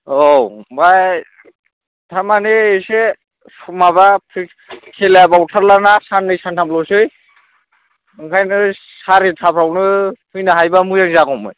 औ आमफाय थारमानि एसे माबा प्रे खेलायाबो बावथारलाना साननै सानथामल'सै ओंखायनो सारिताफ्रावनो फैनो हायोबा मोजां जागौमौन